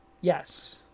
Yes